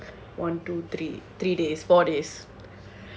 one two three three days four days